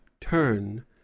turn